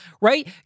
Right